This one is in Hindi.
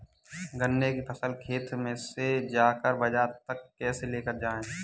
गन्ने की फसल को खेत से बाजार तक कैसे लेकर जाएँ?